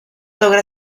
logra